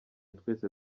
twese